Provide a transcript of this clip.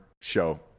show